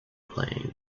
playing